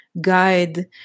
guide